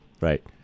right